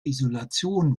isolation